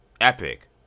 epic